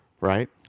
Right